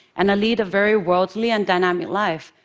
and i lead a very worldly and dynamic life,